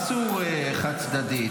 אסור חד-צדדי,